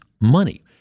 money